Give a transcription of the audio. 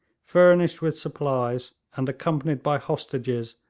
furnished with supplies and accompanied by hostages,